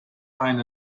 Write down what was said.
kind